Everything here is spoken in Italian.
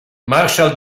marshall